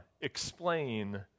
explain